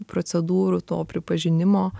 procedūrų to pripažinimo